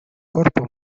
corpo